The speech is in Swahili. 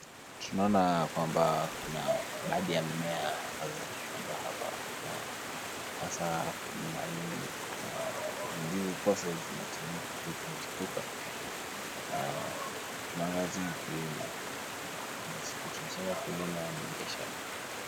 Tunaona kwamba kuna baadhi ya mimea ambazo zimepandwa hapa haswa mahindi na ndizi ambazo zinachipuka. Tunaangazia ukulima na tunasema ukulima ni biashara.